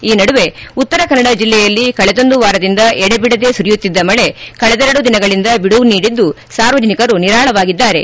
ಈ ನಡುವೆ ಉತ್ತರ ಕನ್ನಡ ಜಿಲ್ಲೆಯಲ್ಲಿ ಕಳಿದೊಂದು ವಾರದಿಂದ ಎಡೆಬಿಡದೆ ಸುರಿಯುತ್ತಿದ್ದ ಮಳಿ ಕಳಿದೆರಡು ದಿನಗಳಿಂದ ಬಿಡುವು ನೀಡಿದ್ದು ಸಾರ್ವಜನಿಕರು ನಿರಾಳವಾಗಿದ್ದಾರೆ